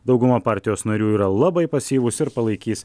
dauguma partijos narių yra labai pasyvūs ir palaikys